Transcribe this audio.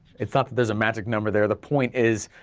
it's not that there's a magic number there, the point is,